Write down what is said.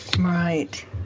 right